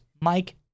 Mike